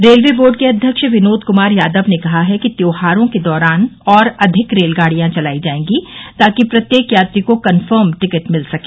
railway board के अध्यक्ष विनोद कमार यादव ने कहा है कि त्योहारों के दौरान और अधिक रेलगाडियां चलाई जाएंगी ताकि प्रत्येक यात्री को कन्फर्म टिकट मिल सके